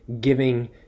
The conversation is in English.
Giving